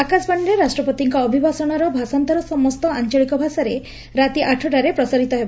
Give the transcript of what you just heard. ଆକାଶବାଣୀରେ ରାଷ୍ଟ୍ରପତିଙ୍କ ଅଭିଭାଷଣର ଭାଷାନ୍ତର ସମ୍ଠ ଆଞ୍ଚଳିକ ଭାଷାରେ ରାତି ଆଠଟାରେ ପ୍ରସାରିତ ହେବ